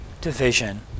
division